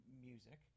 music